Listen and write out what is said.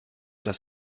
das